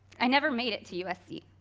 i never made it to usc.